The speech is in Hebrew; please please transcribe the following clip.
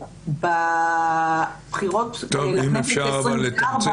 בבחירות לכנסת העשרים-וארבע